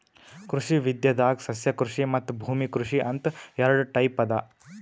ಕೃಷಿ ವಿದ್ಯೆದಾಗ್ ಸಸ್ಯಕೃಷಿ ಮತ್ತ್ ಭೂಮಿ ಕೃಷಿ ಅಂತ್ ಎರಡ ಟೈಪ್ ಅವಾ